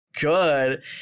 good